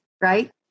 right